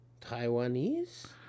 Taiwanese